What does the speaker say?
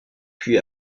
puis